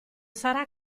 sarà